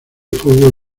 fútbol